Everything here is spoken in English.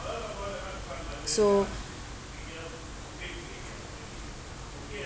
so